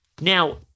Now